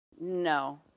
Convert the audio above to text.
No